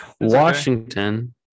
Washington